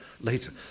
later